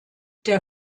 der